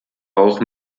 auch